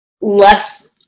less